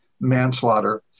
manslaughter